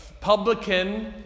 publican